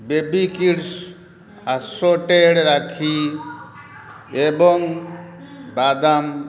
baby kids assorted rakhi ଏବଂ ବାଦାମ